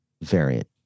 variant